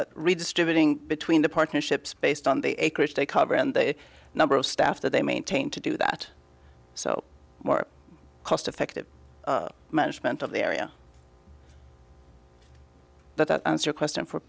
the redistributing between the partnerships based on the acreage they cover and the number of staff that they maintain to do that so more cost effective management of the area but that answer a question for